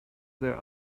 their